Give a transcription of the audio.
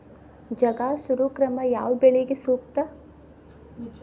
ಜಗಾ ಸುಡು ಕ್ರಮ ಯಾವ ಬೆಳಿಗೆ ಸೂಕ್ತ?